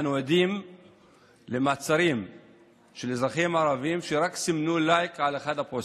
אנו עדים למעצרים של אזרחים ערבים שרק סימנו לייק על אחד הפוסטים.